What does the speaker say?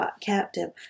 captive